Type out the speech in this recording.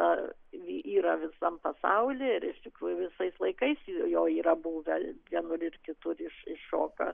ar yra visam pasauly ir iš tikrųjų visais laikais jo yra buvę vienur ir kitur iš iššoka